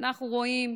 אנחנו רואים